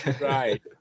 right